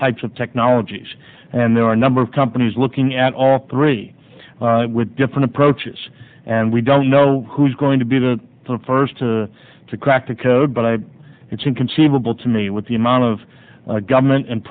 types technologies and there are a number of companies looking at all three different approaches and we don't know who's going to be the first to crack the code but i it's inconceivable to me with the amount of government and